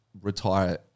retire